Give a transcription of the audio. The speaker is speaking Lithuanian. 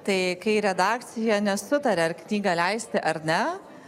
tai kai redakcija nesutaria ar knygą leisti ar ne